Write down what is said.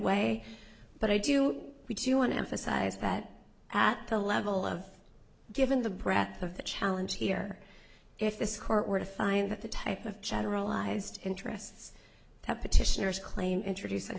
way but i do we do want to emphasize that at the level of given the breadth of the challenge here if this court were to find that the type of generalized interests that petitioners claim introduc